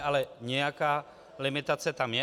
Ale nějaká limitace tam je.